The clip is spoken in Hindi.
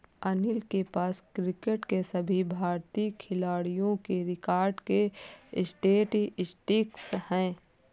अनिल के पास क्रिकेट के सभी भारतीय खिलाडियों के रिकॉर्ड के स्टेटिस्टिक्स है